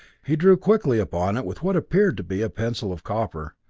he drew quickly upon it with what appeared to be a pencil of copper.